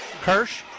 Kirsch